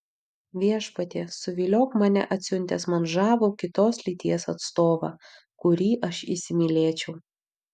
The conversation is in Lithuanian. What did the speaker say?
viešpatie suviliok mane atsiuntęs man žavų kitos lyties atstovą kurį aš įsimylėčiau